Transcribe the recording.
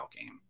game